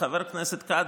וחבר הכנסת כץ,